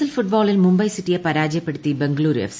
L ഫുട്ബോളിൽ മുംബൈ സിറ്റിയെ പരാജയപ്പെടുത്തി ബംഗളുരു എഫ്